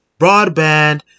broadband